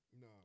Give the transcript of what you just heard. No